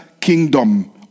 kingdom